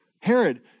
Herod